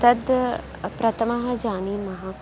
तद् प्रथमं जानीमः